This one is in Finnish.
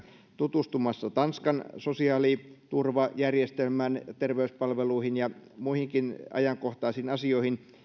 tutustumassa tanskan sosiaaliturvajärjestelmän terveyspalveluihin ja muihinkin ajankohtaisiin asioihin